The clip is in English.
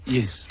Yes